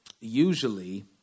usually